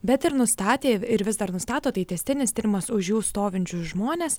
bet ir nustatė ir vis dar nustato tai tęstinis tyrimas už jų stovinčius žmones